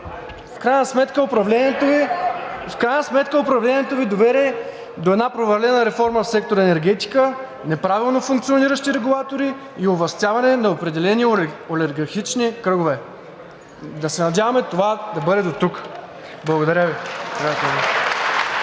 В крайна сметка управлението Ви доведе до една провалена реформа в сектор „Енергетика“, неправилно функциониращи регулатори и овластяване на определени олигархични кръгове. Да се надяваме това да бъде дотук. Благодаря Ви.